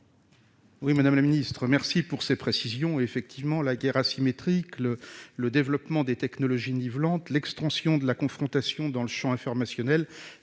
Merci, madame la ministre, pour ces précisions. Oui, la guerre asymétrique, le développement des technologies nivelantes et l'extension de la confrontation dans le champ informationnel